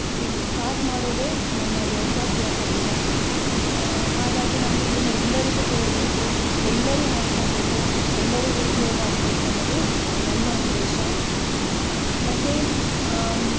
ಇದು ಸ್ಟಾಟ್ ಮಾಡೋದೇ ನನ್ನ ಯೋಗಾಭ್ಯಾಸದಿಂದ ಹಾಗಾಗಿ ನಾನು ಇದನ್ನು ಎಲ್ಲರಿಗೂ ಹೇಳಬೇಕು ಎಲ್ಲರು ಮಾಡ್ಕೊಳ್ಬೇಕು ಎಲ್ಲರಿಗೂ ಉಪಯೋಗ ಆಗಬೇಕು ಅನ್ನೋದು ನನ್ನ ಉದ್ದೇಶ ಮತ್ತು